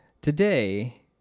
Today